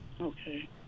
Okay